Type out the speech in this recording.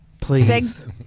Please